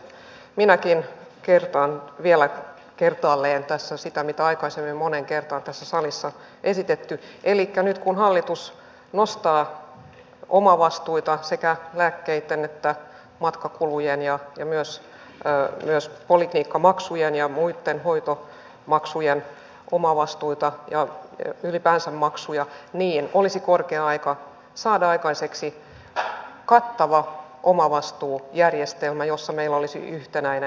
minäkin kertaan vielä kertaalleen tässä sitä mitä aikaisemmin moneen kertaan tässä salissa esitetty kulttuuriministeriön hallinnonalalla nuorisotakuuseen panostettiin koulutuspaikkojen määrällä sekä etsivän nuorisotyön kautta mutta ensi vuodelle leikkauksia on hallituksen toimesta esitetty etsivän nuorisotyön ja ylipäänsä maksuja niin olisi korkea aika saada aikaiseksi kattava omavastuujärjestelmä jossa me olisi yhtä näinä